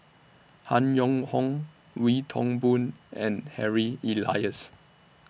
Han Yong Hong Wee Toon Boon and Harry Elias